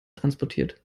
transportiert